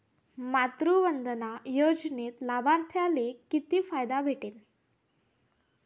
मातृवंदना योजनेत लाभार्थ्याले किती फायदा भेटन?